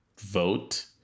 vote